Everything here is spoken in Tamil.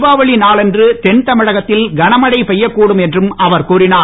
தீபாவளி நாள் அன்று தென் தமிழகத்தில் கனமழை பெய்யக்கூடும் என்றும் அவர் கூறினார்